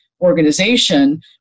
organization